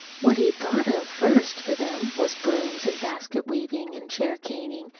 what he thought of first for them was brooms, and basket-weaving and chair-caning,